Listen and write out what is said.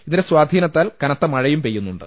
ഇതിന്റെ സ്വാധീനത്താൽ കനത്ത മഴയും പെയ്യു ന്നുണ്ട്